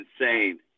insane